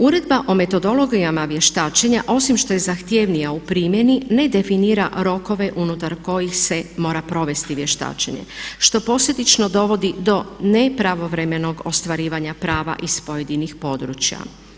Uredba o metodologijama vještačenja osim što je zahtjevnija u primjeni ne definira rokove unutar kojih se mora provesti vještačenje što posljedično dovodi do nepravovremenog ostvarivanja prava iz pojedinih područja.